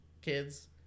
kids